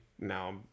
now